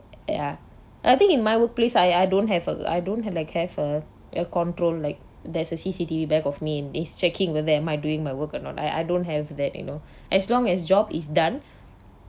ya I think in my workplace I I don't have a I don't have like care for a control like there's a C_C_T_V back of me and it's checking whether am I doing my work or not I I don't have that you know as long as job is done